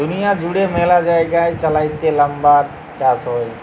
দুঁলিয়া জুইড়ে ম্যালা জায়গায় চাইলাতে লাম্বার চাষ হ্যয়